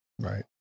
right